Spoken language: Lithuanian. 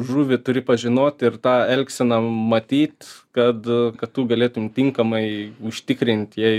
žuvį turi pažinot ir tą elgseną matyt kad kad tu galėtum tinkamai užtikrint